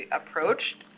approached